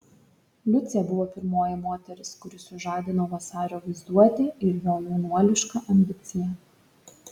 liucė buvo pirmoji moteris kuri sužadino vasario vaizduotę ir jo jaunuolišką ambiciją